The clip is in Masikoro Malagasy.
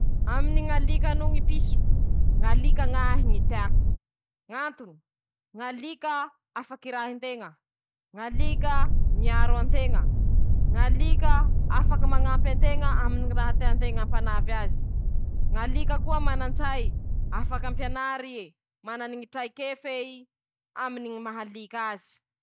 Aminy ñy fianara ñy raha mañeno noho ñy mihira, ñy mihira ñahy ñy tiako fotony: - iñy ro maha afaky ñy alaheloko ro sady mahafaly ahy ndra ino ino ñy raha misy na ñyraha mahazo ahy aminy ñy fiaiñako isanandro.